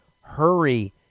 Hurry